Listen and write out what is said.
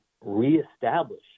reestablish